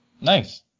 Nice